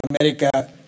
America